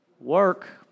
work